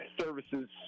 services